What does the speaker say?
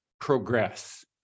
progress